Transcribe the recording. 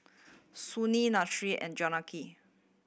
Sunil Nadesan and Jahangir